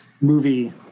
movie